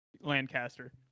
lancaster